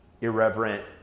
irreverent